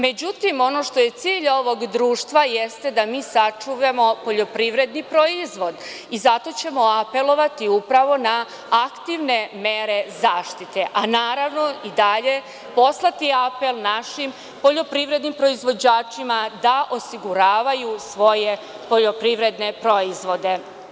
Međutim, ono što je cilj ovog društva jeste da mi sačuvamo poljoprivredni proizvod i zato ćemo apelovati upravo na aktivne mere zaštite, a naravno i dalje poslati apel našim poljoprivrednim proizvođačima da osiguravaju svoje poljoprivredne proizvode.